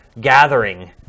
gathering